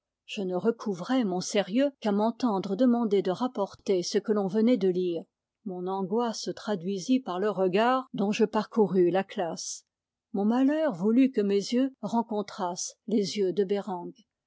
je ne recouvrai mon sérieux qu'à m'entendre demander de rapporter ce que l'on venait de lire mon angoisse se traduisit par le regard dont je parcourus la classe mon malheur voulut que mes yeux rencontrassent les yeux de bereng